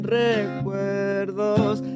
recuerdos